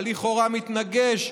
שלכאורה מתנגש,